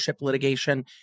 litigation